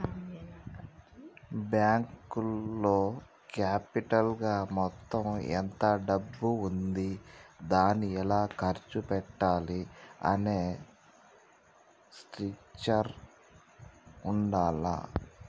బ్యేంకులో క్యాపిటల్ గా మొత్తం ఎంత డబ్బు ఉంది దాన్ని ఎలా ఖర్చు పెట్టాలి అనే స్ట్రక్చర్ ఉండాల్ల